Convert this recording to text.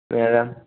ഏതാ